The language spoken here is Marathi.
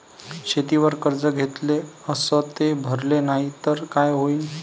शेतीवर कर्ज घेतले अस ते भरले नाही तर काय होईन?